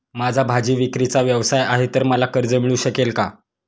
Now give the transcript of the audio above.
माझा भाजीविक्रीचा व्यवसाय आहे तर मला कर्ज मिळू शकेल का?